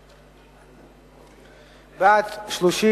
36,